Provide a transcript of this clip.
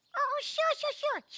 oh sure, sure, sure.